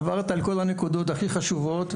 עברת על כל הנקודות הכי חשובות.